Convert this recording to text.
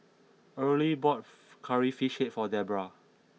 early bought Curry Fish Head for Debbra